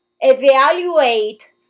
evaluate